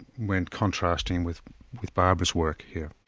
when contrasting with with barbara's work here.